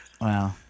Wow